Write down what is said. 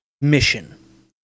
mission